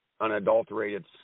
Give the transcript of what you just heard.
unadulterated